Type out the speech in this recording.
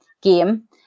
game